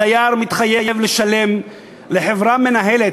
הדייר מתחייב לשלם לחברה מנהלת,